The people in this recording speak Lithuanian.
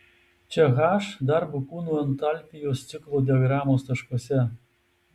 čia h darbo kūnų entalpijos ciklo diagramos taškuose